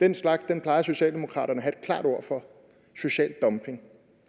Den slags plejer Socialdemokraterne at have et klart ord for: social dumping.